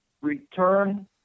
return